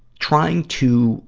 trying to